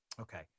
Okay